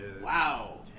Wow